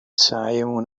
سعیمون